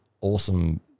awesome